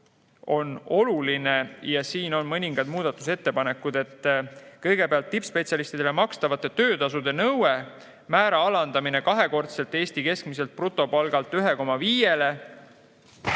oluline. Siin on mõningad muudatusettepanekud, kõigepealt tippspetsialistidele makstava töötasu nõude määra alandamine kahekordselt Eesti keskmiselt brutopalgalt 1,5-le.